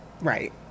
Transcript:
Right